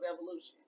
evolution